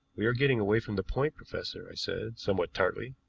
we are getting away from the point, professor, i said, somewhat tartly.